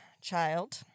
child